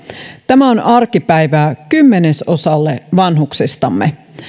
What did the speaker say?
tämä on arkipäivää kymmenesosalle vanhuksistamme